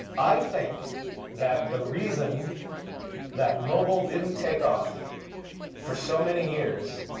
i think that the reason that mobile didn't take off for so many years